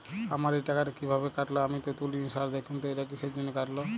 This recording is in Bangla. আমার এই টাকাটা কীভাবে কাটল আমি তো তুলিনি স্যার দেখুন তো এটা কিসের জন্য কাটল?